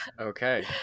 Okay